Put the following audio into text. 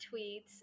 tweets